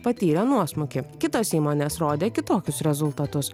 patyrė nuosmukį kitos įmonės rodė kitokius rezultatus